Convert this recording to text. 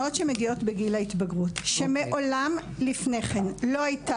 בגיל ההתבגרות שמעולם לפני כן לא הייתה